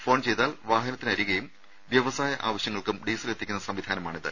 phone ചെയ്താൽ വാഹനത്തിനരികെയും വ്യവസായ ആവശ്യങ്ങൾക്കും ഡീസൽ എത്തിക്കുന്ന സംവിധാനമാണിത്